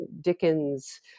Dickens